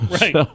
Right